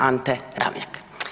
Ante Ramljak.